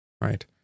Right